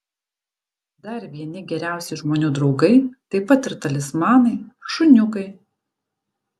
dar vieni geriausi žmonių draugai taip pat ir talismanai šuniukai